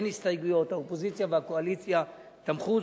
אין הסתייגויות, האופוזיציה והקואליציה תמכו.